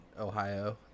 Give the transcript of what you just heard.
Ohio